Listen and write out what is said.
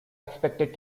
expected